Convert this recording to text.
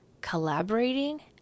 collaborating